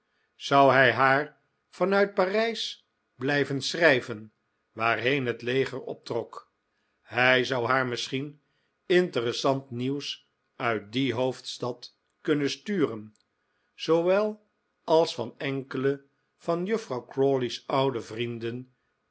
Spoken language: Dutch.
zou hij haar van uit parijs blijven schrijven waarheen het leger optrok hij zou haar misschien interessant nieuws uit die hoofdstad kunnen sturen zoowel als van enkele van juffrouw crawley's oude vrienden